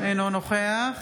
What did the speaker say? אינו נוכח